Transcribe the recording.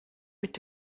mit